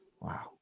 Wow